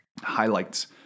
highlights